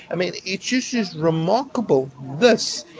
i mean, it just is remarkable this.